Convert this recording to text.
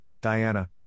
Diana